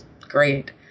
great